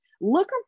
look